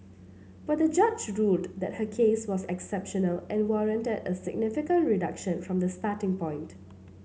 but the judge ruled that her case was exceptional and warranted a significant reduction from the starting point